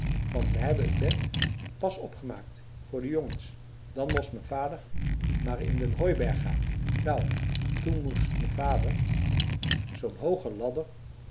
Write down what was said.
want we hebben t bed pas opgemaakt voor de jongens dan most me vader maar in den hooiberg gaan nou toen moest me vader zoo'n hooge ladder